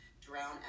drown